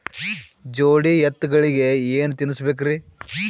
ಜೋಡಿ ಎತ್ತಗಳಿಗಿ ಏನ ತಿನಸಬೇಕ್ರಿ?